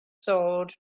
sword